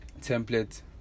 template